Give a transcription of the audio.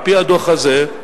על-פי הדוח הזה,